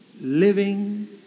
living